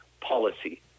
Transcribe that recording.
policy